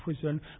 prison